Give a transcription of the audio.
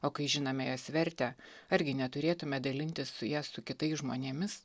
o kai žinome jos vertę argi neturėtume dalintis su ja su kitais žmonėmis